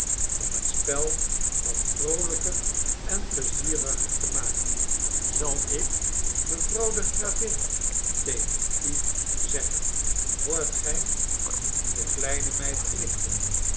om het spel wat vroolijker en pleizieriger te maken zal ik mevrouw de gravin tegen u zeggen hoort gij de kleine meid knikte